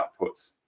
outputs